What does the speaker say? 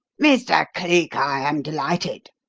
mr. cleek, i am delighted,